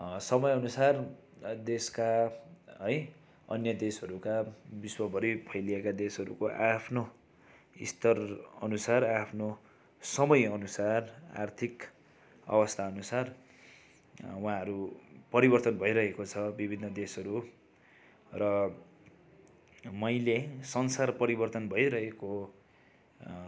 समयअनुसार देशका है अन्य देशहरूका विश्वभरि फैलिएका देशहरूको आआफ्नो स्तरअनुसार आआफ्नो समयअनुसार आर्थिक अवस्थाअनुसार उहाँहरू परिवर्तन भइरहेको छ विभिन्न देशहरू र मैले संसार परिवर्तन भइरहेको